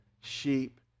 Sheep